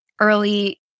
early